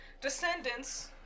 descendants